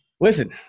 Listen